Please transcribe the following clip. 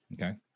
Okay